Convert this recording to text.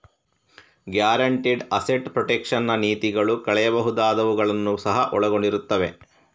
guaranteed asset protection ನ ನೀತಿಗಳು ಕಳೆಯಬಹುದಾದವುಗಳನ್ನು ಸಹ ಒಳಗೊಂಡಿರುತ್ತವೆ